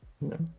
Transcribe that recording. No